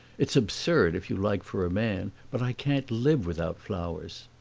it's absurd if you like, for a man, but i can't live without flowers.